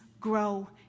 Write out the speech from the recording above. grow